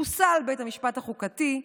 חוסל בית המשפט החוקתי,